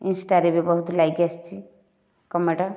ଇନଷ୍ଟାରେ ରେ ବି ବହୁତ ଲାଇକ ଆସିଛି କମେଣ୍ଟ